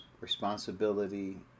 responsibility